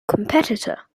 competitor